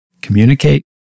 Communicate